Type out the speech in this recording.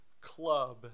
club